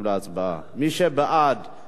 מי שבעד הסרה.